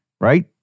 right